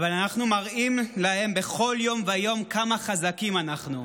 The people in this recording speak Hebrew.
אבל אנחנו מראים להם בכל יום ויום כמה חזקים אנחנו.